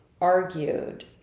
argued